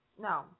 No